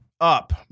up